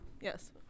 Yes